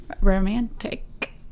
romantic